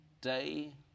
day